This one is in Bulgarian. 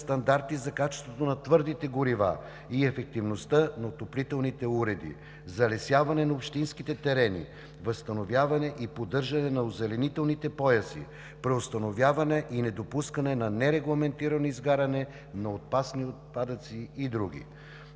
стандарти за качеството на твърдите горива и ефективността на отоплителните уреди; залесяване на общинските терени; възстановяване и поддържане на озеленителните пояси; преустановяване и недопускане на нерегламентирано изгаряне на опасни отпадъци, и други.